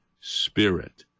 Spirit